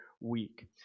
week